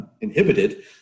inhibited